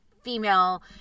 female